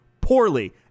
Poorly